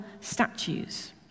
statues